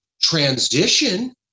transition